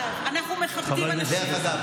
תגידי לי,